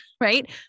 right